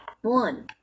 One